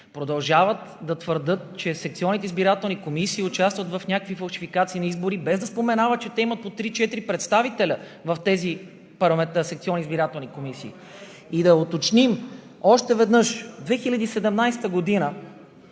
продължават да твърдят, че секционните избирателни комисии участват в някакви фалшификации на избори, без да споменават, че те имат по трима-четирима представители в тези секционни избирателни комисии. И да уточним още веднъж! През 2017 г. има